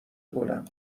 گلم